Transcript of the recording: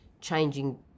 changing